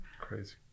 Crazy